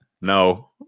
no